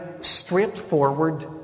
straightforward